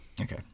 Okay